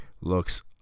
looks